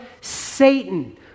Satan